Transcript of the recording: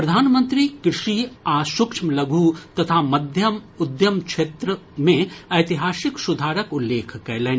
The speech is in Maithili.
प्रधानमंत्री कृषि आ सुक्ष्म लघु तथा मध्यम उद्यम क्षेत्र मे ऐतिहासिक सुधारक उल्लेख कयलनि